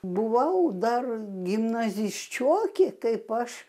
buvau dar gimnazisčiokė kaip aš